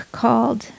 called